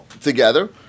together